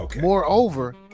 moreover